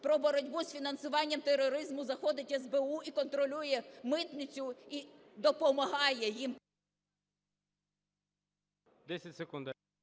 про боротьбу з фінансуванням тероризму заходить СБУ і контролює митницю, і допомагає їм…